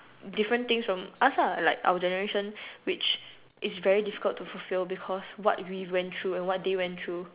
different things from us lah like our generation which is very difficult to fulfil because what we went through and what they went through